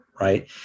right